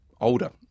older